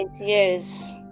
Yes